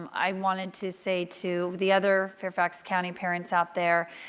um i wanted to say to the other fairfax county parents out there,